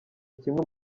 kimwe